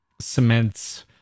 cements